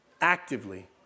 Actively